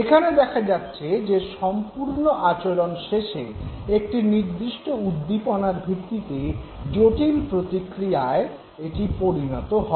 এখানে দেখা যাচ্ছে যে সম্পূর্ণ আচরণ শেষে একটি নির্দিষ্ট উদ্দীপনার ভিত্তিতে জটিল প্রতিক্রিয়ায় পরিণত হয়